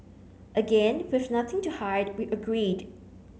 again with nothing to hide we agreed